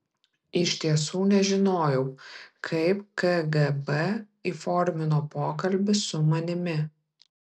iš tiesų nežinojau kaip kgb įformino pokalbį su manimi